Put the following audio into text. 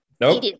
No